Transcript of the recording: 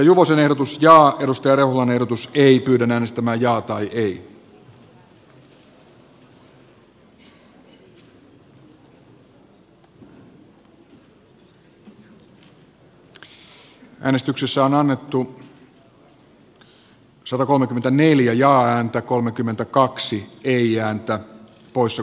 koska hallituksen perhepoliittinen linja on kestämätön lapsiperheiden ja myös julkisen talouden kannalta eduskunta toteaa että hallitus ei nauti eduskunnan luottamusta